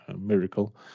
miracle